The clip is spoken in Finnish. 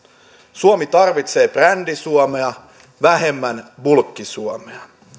suomi tarvitsee brändi suomea vähemmän bulkki suomea